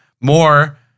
more